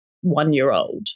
one-year-old